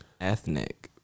ethnic